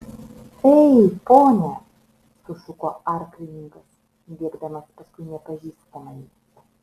ei pone sušuko arklininkas bėgdamas paskui nepažįstamąjį